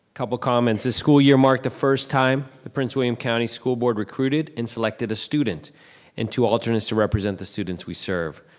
couple comments, this school year marked the first time that prince william county school board recruited and selected a student and two alternates to represent the students we serve.